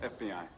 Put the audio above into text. FBI